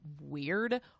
weird